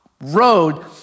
road